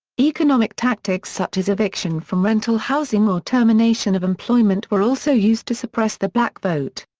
economic tactics such as eviction from rental housing or termination of employment were also used to suppress the black vote.